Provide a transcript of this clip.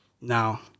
now